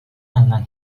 alınan